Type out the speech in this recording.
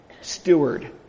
Steward